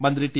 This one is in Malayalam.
മന്ത്രി ടി